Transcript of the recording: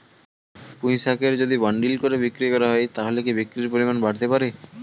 পুঁইশাকের যদি বান্ডিল করে বিক্রি করা হয় তাহলে কি বিক্রির পরিমাণ বাড়তে পারে?